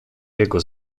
jego